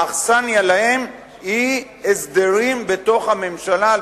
האכסניה להן היא הסדרים בתוך הממשלה על